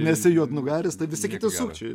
nesi juodnugaris tai visi kiti sukčiai